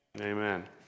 Amen